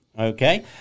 Okay